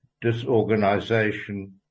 disorganization